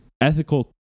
ethical